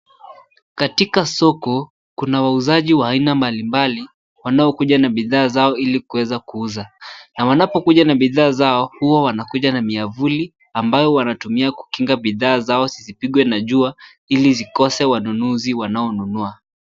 Katika soko kuna wauzaji wa aina mbalimbali wanaokuja na bidhaa zao ili kuweza kuuza na wanapokuja na bidhaa zao huwa wanakuja na miavuli ambayo wanatumia kukinga bidhaa zao zisipigwe na jua ili zikose wanunuzi wanaonunua.